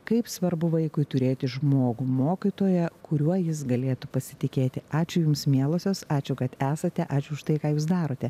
kaip svarbu vaikui turėti žmogų mokytoją kuriuo jis galėtų pasitikėti ačiū jums mielosios ačiū kad esate ačiū už tai ką jūs darote